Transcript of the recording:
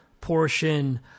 portion